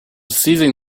seizing